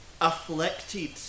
afflicted